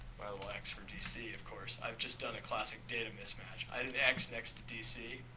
well x for dc of course i've just done a classic data mismatch i added an x next to dc,